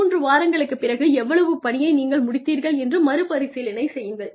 மூன்று வாரங்களுக்குப் பிறகு எவ்வளவு பணியை நீங்கள் முடித்தீர்கள் என்று மறுபரிசீலனை செய்யுங்கள்